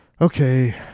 Okay